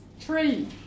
tree